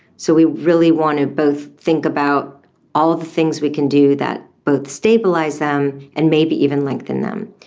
so we really want to both think about all the things we can do that both stabilise them and maybe even lengthen them.